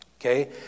okay